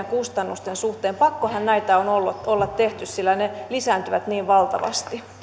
kustannusten suhteen pakkohan näitä on olla tehty sillä ne lisääntyvät niin valtavasti